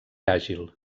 àgil